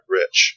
rich